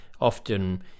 often